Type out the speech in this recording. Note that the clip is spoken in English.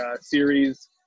series